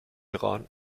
iran